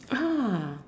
ah